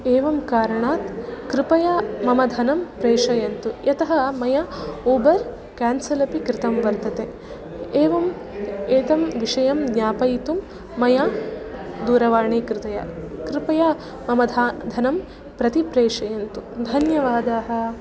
एवं कारणात् कृपया मम धनं प्रेषयन्तु यतः मया ऊबर् केन्सल् अपि कृतं वर्तते एवम् एतं विषयं ज्ञापयितुं मया दूरवाणी कृतया कृपया मम धा धनं प्रतिप्रेषयन्तु धन्यवादाः